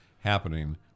happening